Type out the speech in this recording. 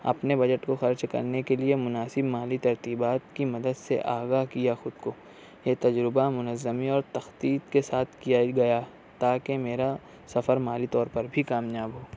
اپنے بجٹ کو خرچ کرنے کے لئے مناسب مالی ترتیبات کی مدد سے آگاہ کیا خود کو یہ تجربہ منظمی اور تختیت کے ساتھ کیا گیا تاکہ میرا سفر مالی طور پر بھی کامیاب ہو